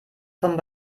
vom